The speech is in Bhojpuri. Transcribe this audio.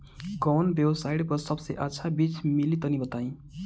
कवन वेबसाइट पर सबसे अच्छा बीज मिली तनि बताई?